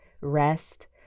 rest